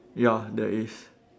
ya there is